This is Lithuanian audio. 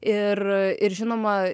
ir ir žinoma